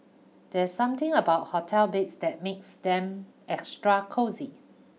there's something about hotel beds that makes them extra cosy